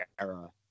era